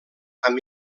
amb